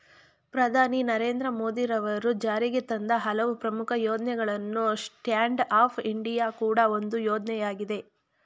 ಪ್ರಧಾನಿ ನರೇಂದ್ರ ಮೋದಿ ಅವರು ಜಾರಿಗೆತಂದ ಹಲವು ಪ್ರಮುಖ ಯೋಜ್ನಗಳಲ್ಲಿ ಸ್ಟ್ಯಾಂಡ್ ಅಪ್ ಇಂಡಿಯಾ ಕೂಡ ಒಂದು ಯೋಜ್ನಯಾಗಿದೆ